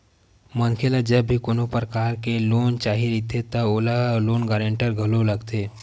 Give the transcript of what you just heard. मनखे ल जब भी कोनो परकार के लोन चाही रहिथे त ओला लोन गांरटर घलो लगथे